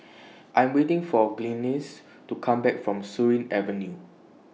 I'm waiting For Glynis to Come Back from Surin Avenue